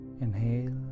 inhale